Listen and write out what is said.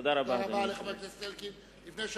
תודה רבה, אדוני.